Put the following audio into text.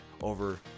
over